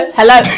hello